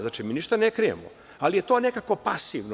Znači, mi ništa ne krijemo, ali je to nekako pasivno.